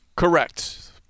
Correct